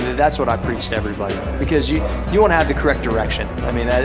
that's what i preach to everybody. because you you want to have the correct direction, i mean,